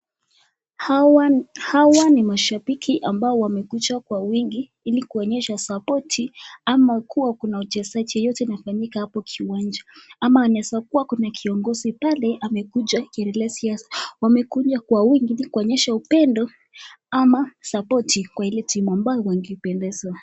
Hawa ninmashabiki ambao wakekuja kwa wingi ili kuonyeshwa sapoti ama kuwa kuna wachezaji wowote unafanyika hapo kiwanja ama inaweza kua kuna kiongozi pale amekuja kuongelea siasa, wamekuja kwa wingi kuonyesha upendo ama sapoti kwa ile timu ambayo wangependezwa.